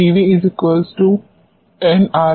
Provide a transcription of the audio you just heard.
छात्र PV nRT PV nRT